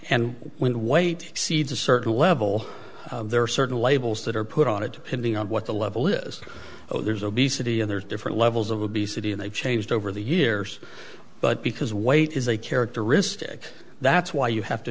with weight exceeds a certain level there are certain labels that are put on it depending on what the level is oh there's obesity and there's different levels of obesity and they've changed over the years but because weight is a characteristic that's why you have to